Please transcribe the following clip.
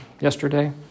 yesterday